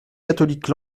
catholiques